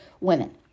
women